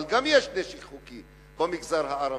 אבל גם יש נשק חוקי במגזר הערבי,